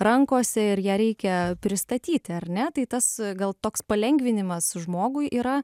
rankose ir ją reikia pristatyti ar ne tai tas gal toks palengvinimas žmogui yra